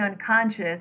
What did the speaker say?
unconscious